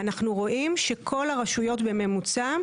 אנחנו רואים שכל הרשויות בממוצע,